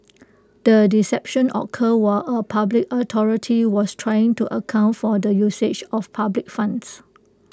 the deception occurred were A public authority was trying to account for the usage of public funds